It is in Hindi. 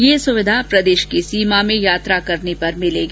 ये सुविधा प्रदेश की सीमा में यात्रा करने पर मिलेगी